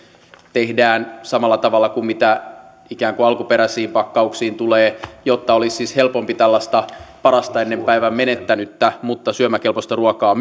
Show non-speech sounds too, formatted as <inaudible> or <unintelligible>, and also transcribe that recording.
tehdään samalla tavalla kuin ikään kuin alkuperäisiin pakkauksiin tulee jotta olisi siis helpompi tällaista parasta ennen päivän menettänyttä mutta syömäkelpoista ruokaa <unintelligible>